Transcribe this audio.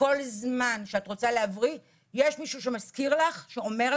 כל זמן שאת רוצה להבריא יהיה שם מישהו שידאג להזכיר לך "גברת,